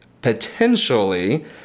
potentially